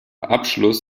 abschluss